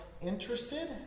interested